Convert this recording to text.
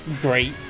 great